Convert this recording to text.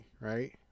right